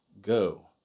go